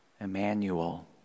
Emmanuel